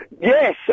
Yes